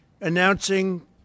announcing